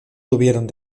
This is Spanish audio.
tuvieron